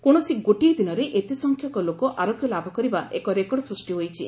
କୌଣସି ଗୋଟିଏ ଦିନରେ ଏତେ ସଂଖ୍ୟକ ଲୋକ ଆରୋଗ୍ୟ ଲାଭ କରିବା ଏକ ରେକର୍ଡ ସୃଷ୍ଟି ହୋଇଛି